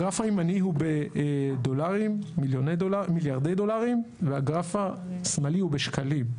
הגרף הימני הוא במיליארדי דולרים והגרף השמאלי הוא בשקלים.